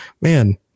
man